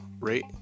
rate